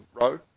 row